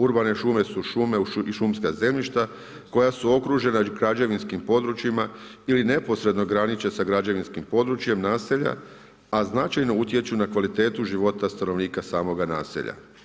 Urbane šume su šume i šumska zemljišta koja su okružena građevinskim područjima ili neposredno graniče sa građevinskim područjima, naselja, a značajno utječu na kvalitetu života stanovnika samoga naselja.